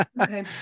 Okay